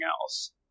else